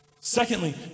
Secondly